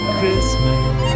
Christmas